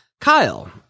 Kyle